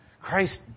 Christ